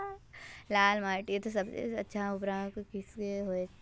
लाल माटित सबसे अच्छा उपजाऊ किसेर होचए?